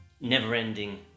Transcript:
never-ending